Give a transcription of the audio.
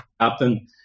captain